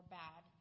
bad